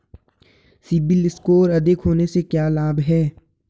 CIBIL score अधिक होने से क्या लाभ हैं?